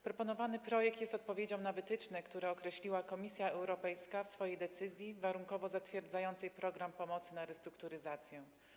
Proponowany projekt jest odpowiedzią na wytyczne, które określiła Komisja Europejska w swojej decyzji warunkowo zatwierdzającej program pomocy na restrukturyzację.